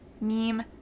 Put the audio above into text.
meme